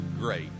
great